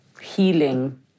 healing